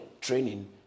training